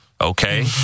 Okay